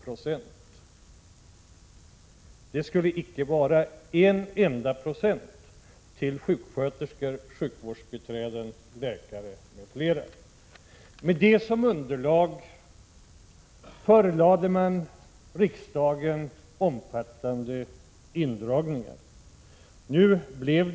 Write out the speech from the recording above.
Sjuksköterskor, sjukvårdsbiträden, läkare m.fl. skulle icke få en enda procent. Med det som underlag förelade man riksdagen förslag om omfattande indragningar.